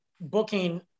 booking